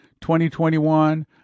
2021